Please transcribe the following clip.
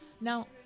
Now